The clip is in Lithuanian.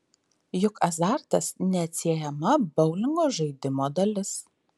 juk azartas neatsiejama boulingo žaidimo dalis